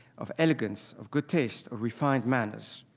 of elegance, of good taste, of refined manners.